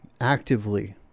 actively